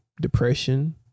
depression